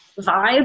vibe